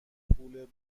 پول